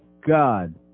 God